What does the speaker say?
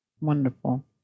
Wonderful